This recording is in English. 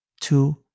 two